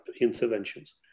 interventions